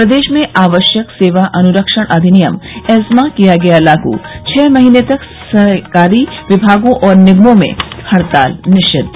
प्रदेश में आवश्यक सेवा अनुरक्षण अधिनियम एस्मा किया गया लागू छह महीने तक सरकारी विभागों और निगमों में हड़ताल निषिद्व